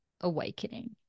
awakening